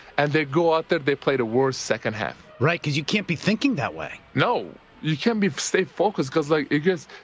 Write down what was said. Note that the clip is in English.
and they go out there, they play the worst second half. right, because you can't be thinking that way. no, you can't be stay focused because like it gets,